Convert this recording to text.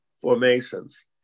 formations